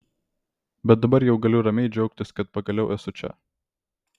bet dabar jau galiu ramiai džiaugtis kad pagaliau esu čia